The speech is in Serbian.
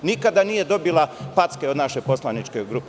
Nikada nije dobila packe od naše poslaničke grupe.